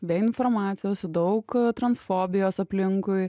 be informacijos su daug transfobijos aplinkui